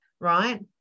right